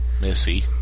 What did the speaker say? Missy